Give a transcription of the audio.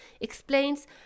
explains